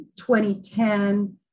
2010